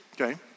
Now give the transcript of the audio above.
Okay